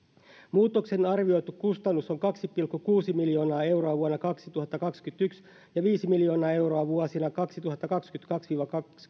muutoksen arvioitu kustannus on kaksi pilkku kuusi miljoonaa euroa vuonna kaksituhattakaksikymmentäyksi ja viisi miljoonaa euroa vuosina kaksituhattakaksikymmentäkaksi viiva